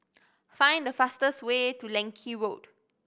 find the fastest way to Leng Kee Road